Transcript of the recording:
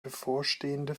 bevorstehende